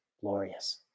glorious